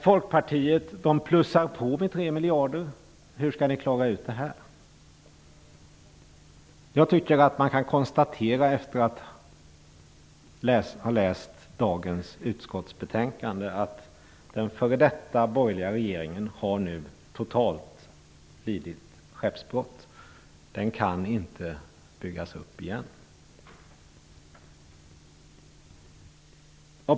Folkpartiet plussar på med 3 miljarder. Hur skall ni klara ut detta? Efter att ha läst dagens utskottsbetänkande tycker jag att det kan konstateras att den f.d. borgerliga regeringen nu totalt lidit skeppsbrott. Den kan inte byggas upp igen.